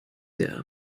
der